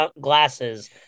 glasses